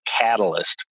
catalyst